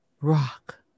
rock